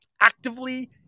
actively